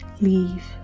leave